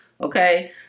okay